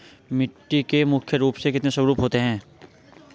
मिट्टी के मुख्य रूप से कितने स्वरूप होते हैं?